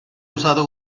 usato